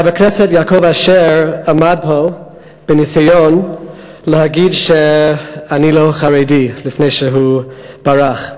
חבר כנסת יעקב אשר עמד פה בניסיון להגיד שאני לא חרדי לפני שהוא ברח.